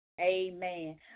Amen